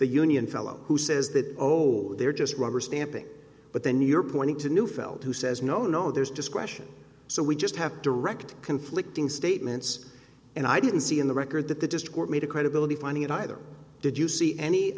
the union fellow who says that oh they're just rubber stamping but then you're pointing to neufeld who says no no there's just question so we just have direct conflicting statements and i didn't see in the record that the district made a credibility finding it either did you see any